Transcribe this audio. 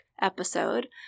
episode